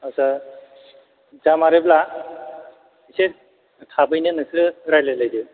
आदसा जामारोब्ला एसे थाबैनो नोंसोरो रायज्लाय लायदो